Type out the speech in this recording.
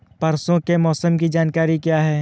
परसों के मौसम की जानकारी क्या है?